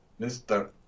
Mr